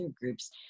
groups